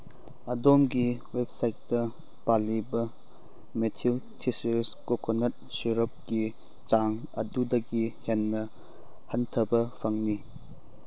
ꯑꯗꯣꯝꯒꯤ ꯋꯦꯕꯁꯥꯏꯠꯇ ꯄꯜꯂꯤꯕ ꯃꯦꯊ꯭ꯌꯨ ꯇꯦꯁꯔꯁ ꯀꯣꯀꯣꯅꯠ ꯁꯤꯔꯞꯀꯤ ꯆꯥꯡ ꯑꯗꯨꯗꯒꯤ ꯍꯦꯟꯅ ꯍꯟꯊꯕ ꯐꯪꯏ